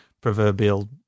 proverbial